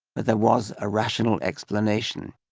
but there was a rational explanation.